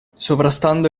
sovrastando